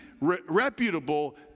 reputable